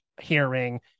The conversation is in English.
hearing